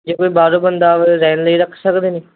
ਜੇ ਕੋਈ ਬਾਹਰੋਂ ਬੰਦਾ ਆਵੇ ਰਹਿਣ ਲਈ ਰੱਖ ਸਕਦੇ ਨੇ